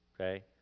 Okay